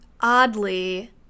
oddly